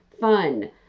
fun